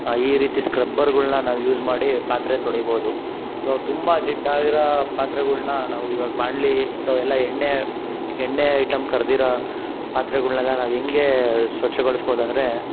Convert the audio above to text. ಈ ರೀತಿ ಸ್ಕ್ರಬ್ಬರ್ಗಳ್ನ ನಾವು ಯೂಸ್ ಮಾಡಿ ಪಾತ್ರೆ ತೊಳಿಬೋದು ಇವಾಗ ತುಂಬ ಜಿಡ್ಡಾಗಿರೋ ಪಾತ್ರೆಗಳ್ನ ನಾವು ಇವಾಗ ಬಾಂಡ್ಲೆ ಇಂಥವೆಲ್ಲ ಎಣ್ಣೆ ಎಣ್ಣೆ ಐಟಮ್ ಕರಿದಿರೋ ಪಾತ್ರೆಗಳ್ನೆಲ್ಲ ನಾವು ಹೆಂಗೆ ಸ್ವಚ್ಛಗೊಳಿಸ್ಬೌದು ಅಂದರೆ